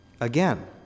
Again